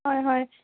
হয় হয়